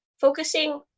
focusing